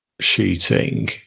shooting